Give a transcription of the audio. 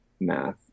math